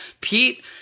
Pete –